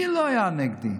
מי לא היה נגדי?